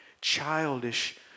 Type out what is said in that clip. childish